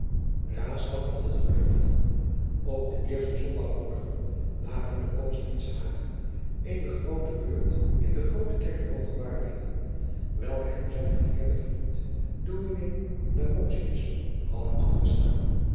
had het geluk van op den eersten zondagmorgen na hunne komst in s hage eene beurt in de groote kerk te mogen waarnemen welke hem zijn geleerde vriend ds lamotius had afgestaan